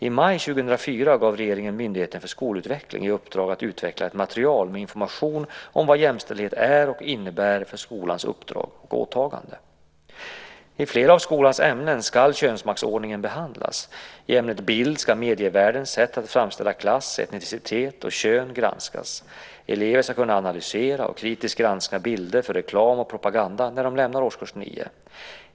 I maj 2004 gav regeringen Myndigheten för skolutveckling i uppdrag att utveckla ett material med information om vad jämställdhet är och innebär för skolans uppdrag och åtagande. I flera av skolans ämnen ska könsmaktsordningen behandlas. I ämnet bild ska medievärldens sätt att framställa klass, etnicitet och kön granskas. Eleverna ska kunna analysera och kritiskt granska bilder för reklam och propaganda när de lämnar årskurs 9.